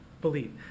believe